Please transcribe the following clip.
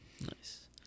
nice